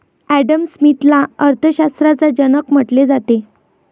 Adam स्मिथला अर्थ शास्त्राचा जनक म्हटले जाते